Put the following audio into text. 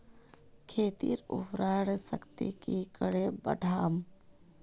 खेतीर उर्वरा शक्ति की करे बढ़ाम?